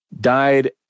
died